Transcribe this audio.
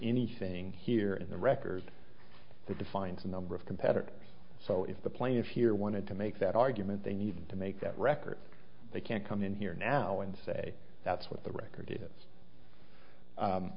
anything here in the record that defines a number of competitors so if the plaintiff here wanted to make that argument they need to make that record they can't come in here now and say that's what the record